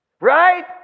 Right